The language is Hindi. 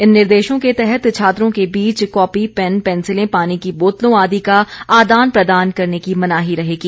इन निर्देशों के तहत छात्रों के बीच कॉपी पेन पेंसिलें पानी की बोतलों आदि का आदान प्रदान करने की मनाही रहेगी